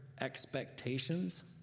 expectations